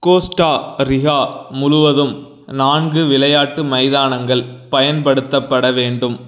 Costa Rica முழுவதும் நான்கு விளையாட்டு மைதானங்கள் பயன்படுத்தப்பட வேண்டும்